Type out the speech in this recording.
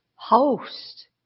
Host